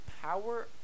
power